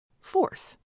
Fourth